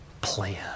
plan